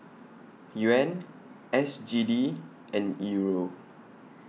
Yuan S G D and Euro